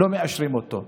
לא מאשרים אותה.